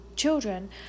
children